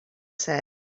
said